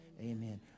Amen